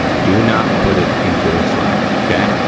do not put it into the slide, okay.